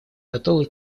готовы